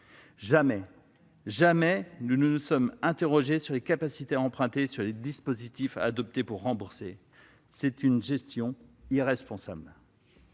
Jamais nous ne nous sommes interrogés sur nos capacités à emprunter et sur les dispositifs à adopter pour rembourser. Cette gestion est irresponsable.